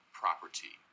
property